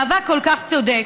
מאבק כל כך צודק,